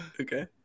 Okay